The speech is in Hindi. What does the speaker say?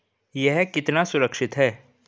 यह कितना सुरक्षित है?